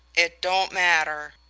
it don't matter.